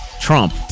Trump